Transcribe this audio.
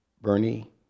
Bernie